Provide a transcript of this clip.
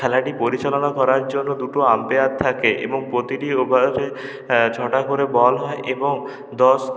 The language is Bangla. খেলাটি পরিচালনার করার জন্য দুটো আম্পেয়ার থাকে এবং প্রতিটি ওভারে ছটা করে বল হয় এবং দশ